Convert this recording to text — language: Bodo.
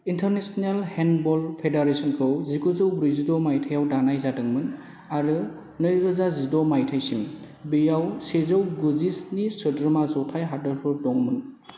इंटरनेसनल हेन्डबल फेडरेसनखौ जिगुजौ ब्रैजिद' मायथाइयाव दानाय जादों मोन आरो नैरोजा जिद' मायथाइसिम बेयाव सेजौ गुजिस्नि सोद्रोमा जथाय हादोरफोर दंमोन